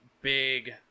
big